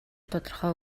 тодорхой